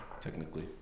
technically